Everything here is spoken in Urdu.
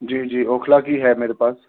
جی جی اوکھلا کی ہے میرے پاس